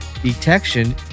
detection